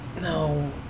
no